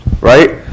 Right